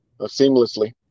seamlessly